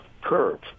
curve